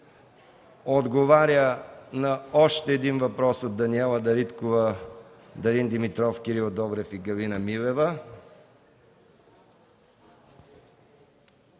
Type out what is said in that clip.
Лазаров; на въпрос от Даниела Дариткова, Дарин Димитров, Кирил Добрев и Галина Милева;